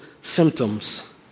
symptoms